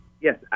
Yes